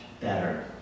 better